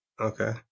Okay